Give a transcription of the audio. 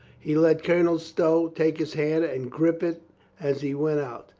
he let colonel stow take his hand and grip it as he went out.